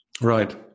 Right